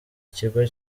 kigo